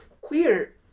queer